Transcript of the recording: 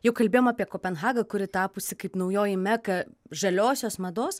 jau kalbėjom apie kopenhagą kuri tapusi kaip naujoji meka žaliosios mados